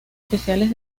especiales